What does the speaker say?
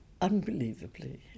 unbelievably